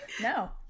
No